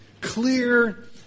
clear